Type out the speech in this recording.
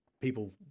people